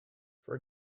for